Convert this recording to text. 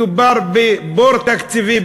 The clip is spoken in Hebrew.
מדובר בבור תקציבי,